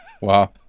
wow